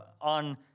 on